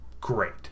great